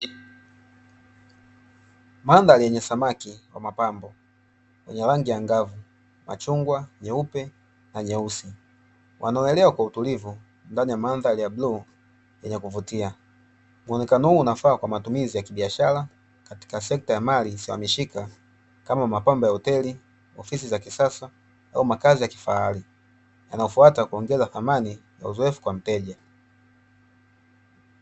Mandhari yenye samaki wa mapambo, wenye rangi angavu, machungwa, nyeupe na nyeusi wanaoelea kwa utulivu ndani ya mandhari ya bluu yenye kuvutia, muonekano huu unafaa kwa matumizi ya kibiashara katika sekta ya mali sihamishika kama mapambo ya hoteli, ofisi za kisasa au makazi ya kifahari, yanayofuata kuongeza thamani ya uzoefu kwa mteja.